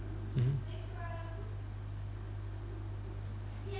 mmhmm